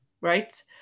right